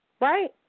right